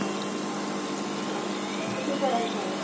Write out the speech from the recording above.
हा हा कितीपर्यंत आहे